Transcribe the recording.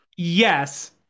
yes